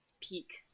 peak